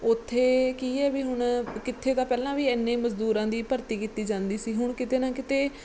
ਉੱਥੇ ਕੀ ਹੈ ਵੀ ਹੁਣ ਕਿੱਥੇ ਦਾ ਪਹਿਲਾਂ ਵੀ ਇੰਨੇ ਮਜ਼ਦੂਰਾਂ ਦੀ ਭਰਤੀ ਕੀਤੀ ਜਾਂਦੀ ਸੀ ਹੁਣ ਕਿਤੇ ਨਾ ਕਿਤੇ